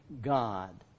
God